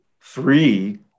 three